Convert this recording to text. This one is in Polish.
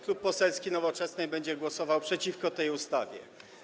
Klub Poselski Nowoczesna będzie głosował przeciwko tej ustawie.